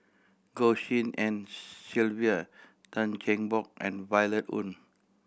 Goh Tshin En Sylvia Tan Cheng Bock and Violet Oon